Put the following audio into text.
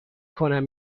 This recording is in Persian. کنم